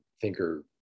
thinker